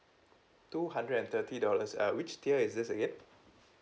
two hundred and thirty dollars err which tier is this again